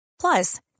Plus